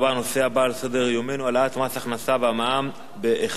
נעבור לנושא הבא על סדר-יומנו: העלאת מס הכנסה ומס ערך מוסף ב-1%,